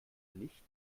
nicht